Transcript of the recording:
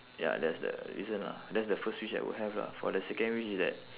ya that's the reason lah that's the first wish I would have lah for the second wish is that